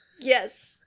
Yes